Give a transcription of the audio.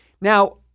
Now